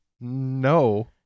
No